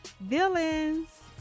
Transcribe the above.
villains